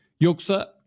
Yoksa